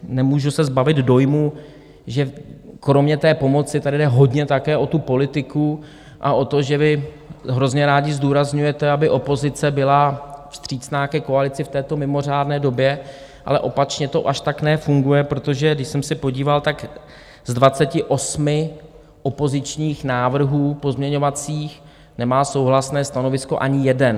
Nemůžu se zbavit dojmu, že kromě té pomoci tady jde hodně také o tu politiku a o to, že vy hrozně rádi zdůrazňujete, aby opozice byla vstřícná ke koalici v této mimořádné době, ale opačně to až tak nefunguje, protože když jsem se podíval, tak z 28 opozičních pozměňovacích návrhů nemá souhlasné stanovisko ani jeden.